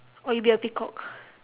or you be a peacock